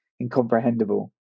incomprehensible